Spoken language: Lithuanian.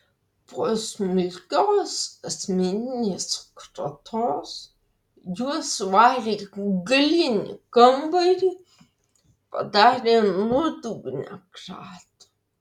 po smulkios asmeninės kratos juos suvarė į galinį kambarį padarė nuodugnią kratą